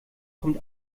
kommt